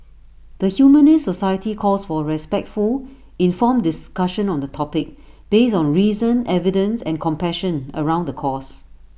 the Humanist society calls for respectful informed discussion on the topic based on reason evidence and compassion around the cause